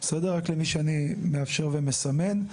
רק למי שאני מאפשר ומסמן.